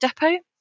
depot